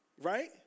Right